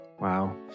Wow